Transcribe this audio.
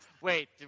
wait